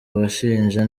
abashinja